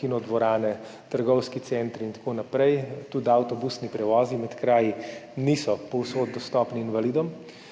kinodvorane, trgovski centri in tako naprej, tudi avtobusni prevozi med kraji niso povsod dostopni invalidom.